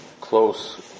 close